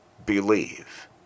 believe